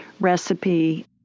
recipe